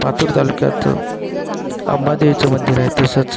पातूर तालुक्यात अंबादेवीचं मंदिर आहे तसंच